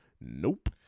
Nope